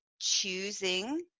choosing